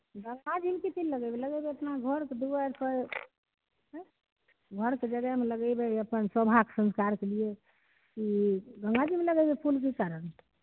गंगा जीमे किथी लए लगेबै लगेबै अपना घरके दूआरि पर ऑंय घरके जगहमे लगेबै अपन सोभाके संस्कारके लिये की गंगा जीमे लगेबै फूल की कारण